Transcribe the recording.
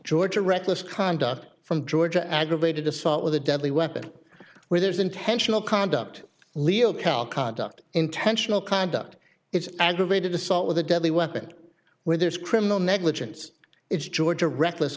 georgia reckless conduct from georgia aggravated assault with a deadly weapon where there's intentional conduct legal cal conduct intentional conduct it's aggravated assault with a deadly weapon where there's criminal negligence it's georgia reckless